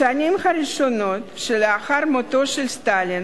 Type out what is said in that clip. בשנים הראשונות שלאחר מותו של סטלין